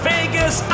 Vegas